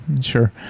sure